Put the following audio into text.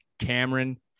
Cameron